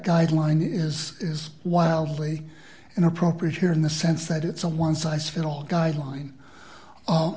guideline is is wildly inappropriate here in the sense that it's a one size fits all guideline